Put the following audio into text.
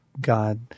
God